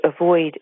avoid